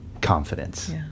confidence